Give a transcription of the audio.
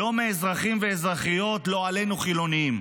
לא מאזרחים ואזרחיות, לא עלינו, חילונים.